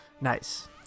Nice